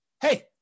hey